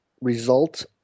result